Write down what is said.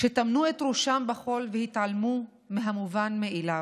שטמנו את ראשם בחול והתעלמו מהמובן מאליו: